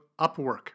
Upwork